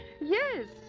Yes